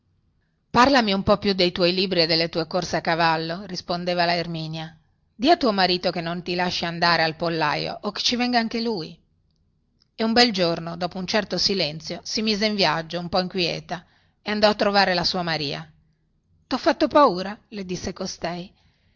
parlami un po più dei tuoi libri e delle tue corse a cavallo rispondeva la erminia di a tuo marito che non ti lasci andare al pollaio o che ci venga anche lui e un bel giorno dopo un certo silenzio si mise in viaggio un po inquieta e andò a trovare la sua maria tho fatto paura le disse costei